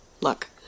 Look